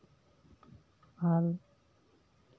ᱟᱨ